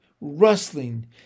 rustling